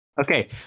Okay